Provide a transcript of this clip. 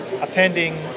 attending